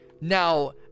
now